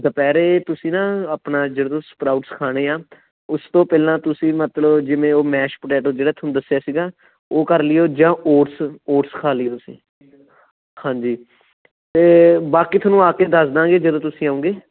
ਦੁਪਹਿਰੇ ਤੁਸੀਂ ਨਾ ਆਪਣਾ ਜਿਹੜੇ ਤੁਸੀਂ ਸਪਰਾਊਟਸ ਖਾਣੇ ਹੈ ਉਸ ਤੋਂ ਪਹਿਲਾਂ ਤੁਸੀਂ ਮਤਲਬ ਜਿਵੇਂ ਉਹ ਮੈਸ਼ ਪਟੈਟੋ ਜਿਹੜਾ ਤੁਹਾਨੂੰ ਦੱਸਿਆ ਸੀਗਾ ਉਹ ਕਰ ਲੀਓ ਜਾਂ ਓਟਸ ਓਟਸ ਖਾ ਲੀਓ ਤੁਸੀਂ ਹਾਂਜੀ ਅਤੇ ਬਾਕੀ ਤੁਹਾਨੂੰ ਆ ਕੇ ਦੱਸ ਦਾਂਗੇ ਜਦੋਂ ਤੁਸੀਂ ਆਉਂਗੇ